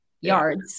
yards